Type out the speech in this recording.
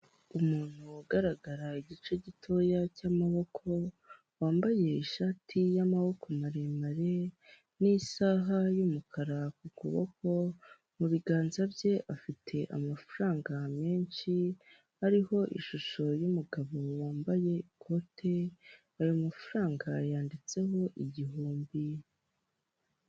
Umuntu ugaragara igice gitoya cy'amaboko wambaye ishati y'amaboko maremare n'isaha y'umukara ku kuboko mu biganza bye afite amafaranga menshi, hariho ishusho y'umugabo wambaye ikote, ayo mafaranga yanditseho igihumbi.